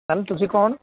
ma'am ਤੁਸੀਂ ਕੌਣ